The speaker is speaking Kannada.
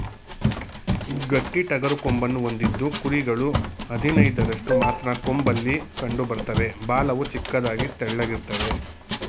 ಗಡ್ಡಿಟಗರು ಕೊಂಬನ್ನು ಹೊಂದಿದ್ದು ಕುರಿಗಳು ಹದಿನೈದರಷ್ಟು ಮಾತ್ರ ಕೊಂಬಲ್ಲಿ ಕಂಡುಬರ್ತವೆ ಬಾಲವು ಚಿಕ್ಕದಾಗಿ ತೆಳ್ಳಗಿರ್ತದೆ